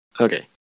Okay